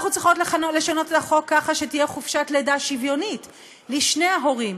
אנחנו צריכות לשנות את החוק ככה שתהיה חופשת לידה שוויונית לשני ההורים,